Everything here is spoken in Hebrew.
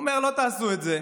הוא אומר: לא תעשו את זה,